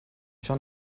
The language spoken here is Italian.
ciò